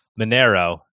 Monero